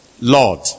Lord